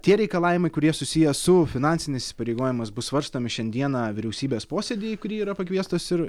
tie reikalavimai kurie susiję su finansinis įsipareigojimas bus svarstomi šiandieną vyriausybės posėdy į kurį yra pakviestas ir